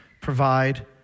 provide